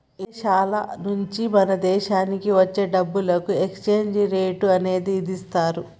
ఇదేశాల నుంచి మన దేశానికి వచ్చే డబ్బులకు ఎక్స్చేంజ్ రేట్ అనేది ఇదిస్తారు